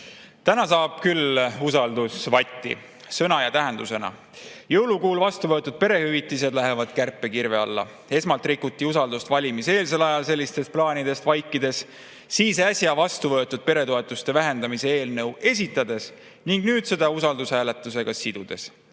Täna saab küll usaldus vatti sõna ja tähendusena. Jõulukuul vastu võetud perehüvitised lähevad kärpekirve alla. Esmalt rikuti usaldust valimiseelsel ajal sellistest plaanidest vaikides, siis äsja vastu võetud peretoetuste vähendamise eelnõu esitades ning nüüd seda usaldushääletusega sidudes.